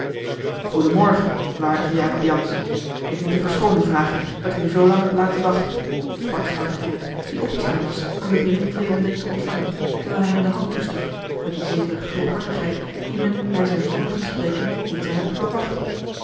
waardige jacob jansz ik moet u verschooning vragen dat ik u zoo lang heb laten wachten sprak schout gerrit die opgestaan was om den binnentredende te ontvangen terwijl hij hem de hand toestak met die zekere gulhartigheid die men naar zijn vorig spreken niet zou hebben verwacht